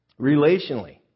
Relationally